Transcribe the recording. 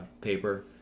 paper